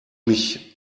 mich